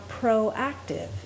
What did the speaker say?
proactive